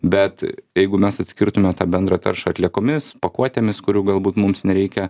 bet jeigu mes atskirtume tą bendrą taršą atliekomis pakuotėmis kurių galbūt mums nereikia